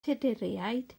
tuduriaid